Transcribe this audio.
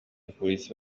polisi